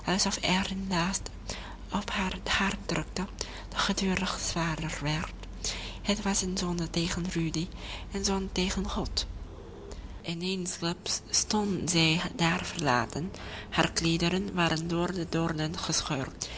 er een last op haar hart drukte die gedurig zwaarder werd het was een zonde tegen rudy een zonde tegen god en eensklaps stond zij daar verlaten haar kleederen waren door de doornen